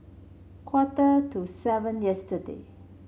quarter to seven yesterday